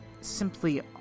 simply